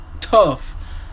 tough